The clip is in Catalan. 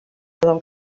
del